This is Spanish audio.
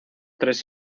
tres